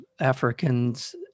Africans